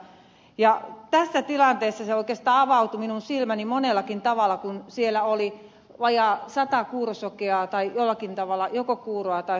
tässä tilanteessa oikeastaan minun silmäni avautuivat monellakin tavalla kun siellä oli vajaa sata kuurosokeaa tai jollakin tavalla joko kuuroa tai sokeaa